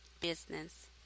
business